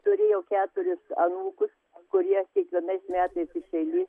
turėjau keturis anūkus kurie kiekvienais metais iš eilės